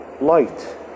light